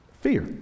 Fear